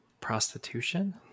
Prostitution